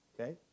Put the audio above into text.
Okay